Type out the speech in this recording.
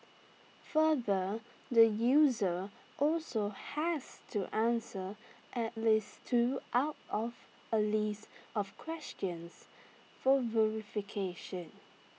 further the user also has to answer at least two out of A list of questions for verification